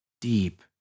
deep